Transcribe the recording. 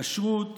הכשרות,